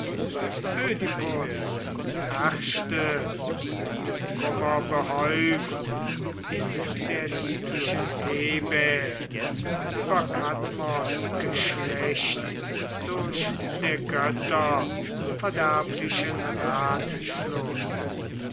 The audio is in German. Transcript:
ödipus herrschte mit kummer behäuft in der lieblichen thebai über kadmos geschlecht durch der götter verderblichen ratschluß